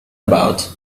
about